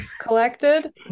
collected